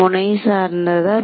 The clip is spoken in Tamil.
முனை சார்ந்ததா